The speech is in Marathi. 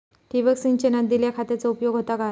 ठिबक सिंचनान दिल्या खतांचो उपयोग होता काय?